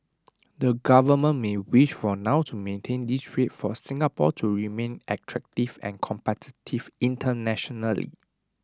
the government may wish for now to maintain this rate for Singapore to remain attractive and competitive internationally